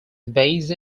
based